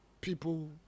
People